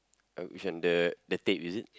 uh which one the the tape is it